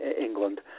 England